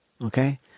okay